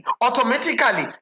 automatically